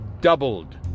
doubled